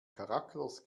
charakters